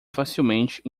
facilmente